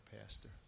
pastor